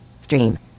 Stream